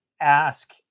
ask